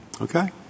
okay